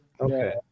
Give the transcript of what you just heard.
Okay